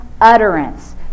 utterance